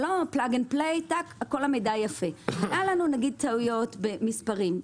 היו לנו טעויות במספרים,